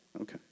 Okay